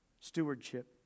stewardship